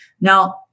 Now